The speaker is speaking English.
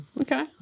Okay